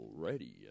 already